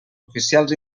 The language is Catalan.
oficials